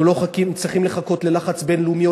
אנחנו לא צריכים לחכות ללחץ בין-לאומי או